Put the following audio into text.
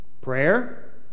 prayer